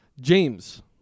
james